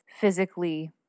physically